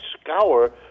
scour